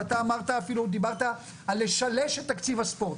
ואתה דיברת על לשלש את תקציב הספורט.